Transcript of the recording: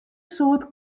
soad